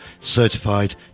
Certified